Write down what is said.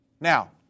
Now